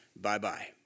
bye-bye